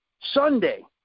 Sunday